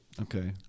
Okay